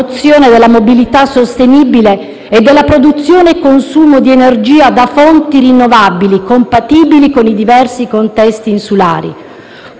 della mobilità sostenibile e della produzione e consumo di energia da fonti rinnovabili compatibili con i diversi contesti insulari.